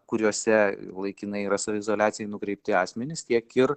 kuriose laikinai yra saviizoliacijai nukreipti asmenys tiek ir